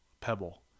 pebble